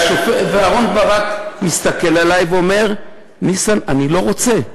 אהרן ברק מסתכל עלי ואומר: ניסן, אני לא רוצה.